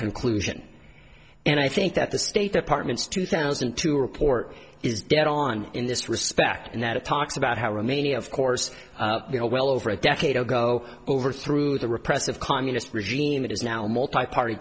conclusion and i think that the state department's two thousand and two report is dead on in this respect and that it talks about how rimini of course you know well over a decade ago overthrew the repressive communist regime it is now multi party